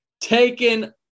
taken